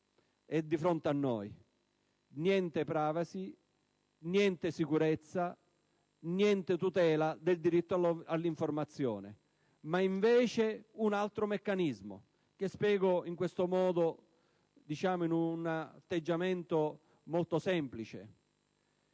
è di fronte a noi: niente *privacy*, niente sicurezza, niente tutela del diritto all'informazione, ma invece un altro meccanismo, che spiego in un atteggiamento molto semplice: